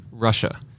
Russia